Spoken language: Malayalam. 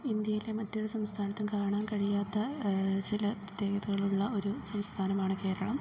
ഇന്ത്യയിലെ മറ്റൊരു സംസ്ഥാനത്തും കാണാൻ കഴിയാത്ത ചില പ്രത്യേകതകളുള്ള ഒരു സംസ്ഥാനമാണ് കേരളം